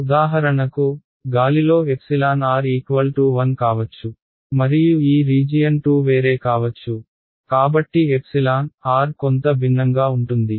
ఉదాహరణకు గాలిలో r 1 కావచ్చు మరియు ఈ రీజియన్ 2 వేరే కావచ్చు కాబట్టి కొంత భిన్నంగా ఉంటుంది